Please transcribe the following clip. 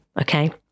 okay